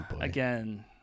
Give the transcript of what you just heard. Again